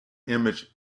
image